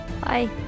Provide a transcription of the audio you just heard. Bye